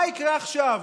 מה יקרה עכשיו?